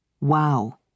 Wow